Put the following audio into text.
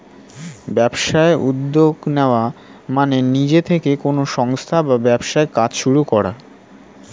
ব্যবসায় উদ্যোগ নেওয়া মানে নিজে থেকে কোনো সংস্থা বা ব্যবসার কাজ শুরু করা